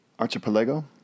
Archipelago